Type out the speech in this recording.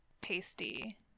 tasty